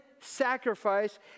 sacrifice